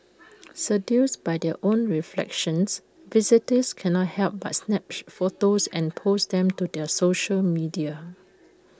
seduced by their own reflections visitors cannot help but snap photos and post them to their social media